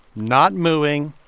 not mooing,